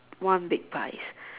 one big pie